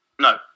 No